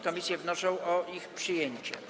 Komisje wnoszą o ich przyjęcie.